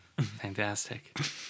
fantastic